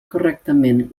correctament